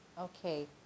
Okay